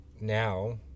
now